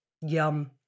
Yum